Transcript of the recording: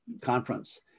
conference